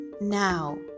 Now